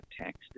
text